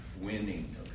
winning